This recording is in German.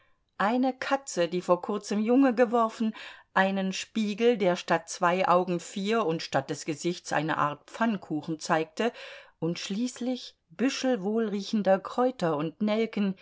eine katze die vor kurzem junge geworfen einen spiegel der statt zwei augen vier und statt des gesichts eine art pfannkuchen zeigte und schließlich büschel wohlriechender kräuter und nelken